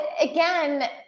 again